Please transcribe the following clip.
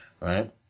right